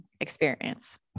experience